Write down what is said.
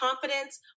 confidence